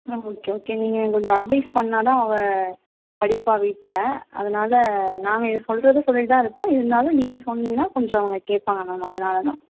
ம் okay okay நீங்கள் கொஞ்சம் அட்வைஸ் பண்ணால் தான் அவ படிப்பா வீட்டில் அதனால நாங்கள் சொல்றதை சொல்லிவிட்டு தான் இருக்கோம் இருந்தாலும் நீங்கள் சொன்னிங்கன்னா கொஞ்சம் அவங்க கேட்பாங்க மேம் அதனால தான்